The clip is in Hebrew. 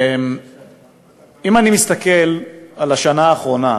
אם אני מסתכל על השנה האחרונה,